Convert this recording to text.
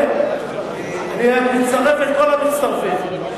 כן, אני רק מצרף את כל המצטרפים.